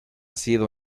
sido